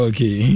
Okay